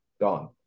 gone